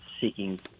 seeking